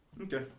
Okay